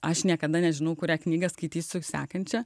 aš niekada nežinau kurią knygą skaitysiu sekančią